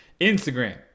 Instagram